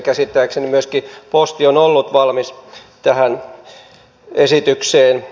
käsittääkseni myöskin posti on ollut valmis tähän esitykseen